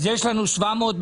אז יש לנו כ-770.